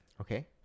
Okay